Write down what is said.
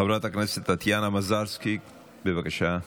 חברת הכנסת טטיאנה מזרסקי, בבקשה.